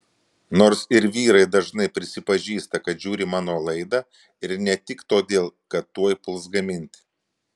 nors ir vyrai dažnai prisipažįsta kad žiūri mano laidą ir ne tik todėl kad tuoj puls gaminti